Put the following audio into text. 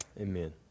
Amen